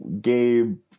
Gabe